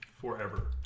forever